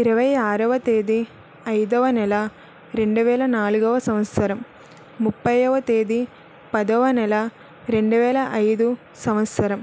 ఇరవైఅరోవ తేదీ ఐదవ నెల రెండువేలనాలుగవ సంవత్సరం ముప్పైయోవ తేదీ పదవ నెల రెండువేలఐదు సంవత్సరం